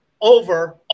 over